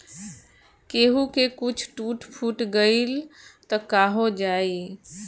केहू के कुछ टूट फुट गईल त काहो जाई